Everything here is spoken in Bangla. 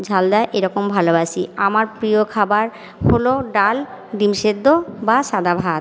ঝাল দেয়া এরকম ভালোবাসি আমার প্রিয় খাবার হলো ডাল ডিম সেদ্ধ বা সাদা ভাত